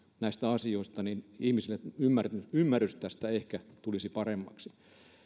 näistä asioista niin ihmisille ymmärrys ymmärrys tästä ehkä tulisi paremmaksi